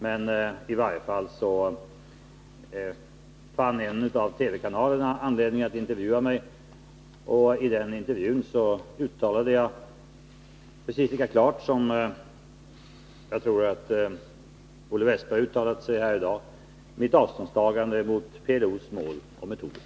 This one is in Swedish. Men i en intervju med en av TV-kanalerna uttalade jag, precis lika klart, tror jag, som Olle Wästberg här i dag, mitt avståndstagande från PLO:s mål och metoder.